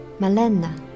Malena